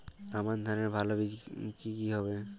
আমান ধানের ভালো বীজ কি কি হবে?